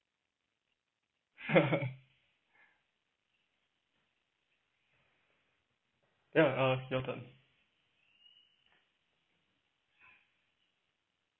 ya uh your turn